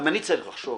גם אני צריך לחשוב